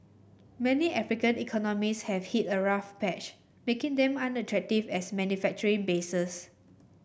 many African economies have hit a rough patch making them unattractive as manufacturing bases